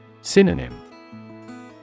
Synonym